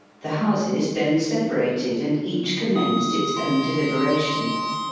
the houses then separated, and each commenced its own deliberations.